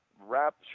wrap